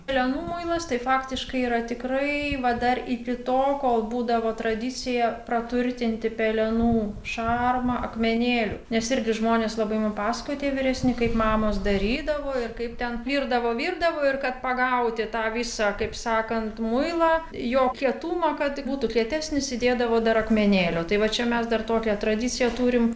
pelenų muilas tai faktiškai yra tikrai va dar iki to kol būdavo tradicija praturtinti pelenų šarmą akmenėliu nes irgi žmonės labai man pasakojo tie vyresni kaip mamos darydavo ir kaip ten virdavo virdavo ir kad pagauti tą visą kaip sakant muilą jo kietumą kad būtų kietesnis įdėdavo dar akmenėlio tai va čia mes dar tokią tradiciją turim